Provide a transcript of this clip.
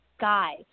guy